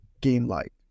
game-like